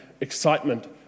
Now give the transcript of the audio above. excitement